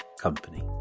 company